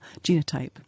genotype